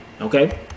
okay